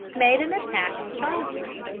made an attack on charleston,